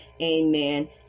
Amen